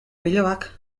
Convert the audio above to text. bilobak